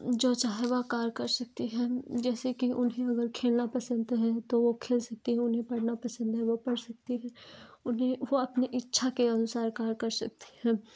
जो चाहे वह कार्य कर सकती है जैसे कि उन्हें अगर खेलना पसंद है तो वो खेल सकती है उन्हें पढ़ना पसंद है वो पढ़ सकती हैं उन्हें वह अपनी इच्छा के अनुसार कार्य कर सकती है